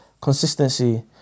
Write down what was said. consistency